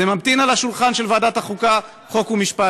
זה ממתין על שולחן ועדת החוקה, חוק ומשפט.